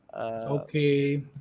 Okay